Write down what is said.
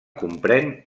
comprèn